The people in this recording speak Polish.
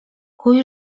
kuj